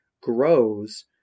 grows